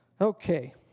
Okay